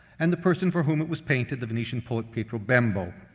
and the person for whom it was painted, the venetian poet pietro bembo.